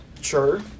Sure